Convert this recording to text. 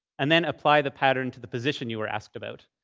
and then apply the pattern to the position you were asked about.